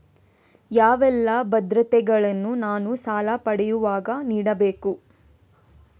ಯಾವೆಲ್ಲ ಭದ್ರತೆಗಳನ್ನು ನಾನು ಸಾಲ ಪಡೆಯುವಾಗ ನೀಡಬೇಕು?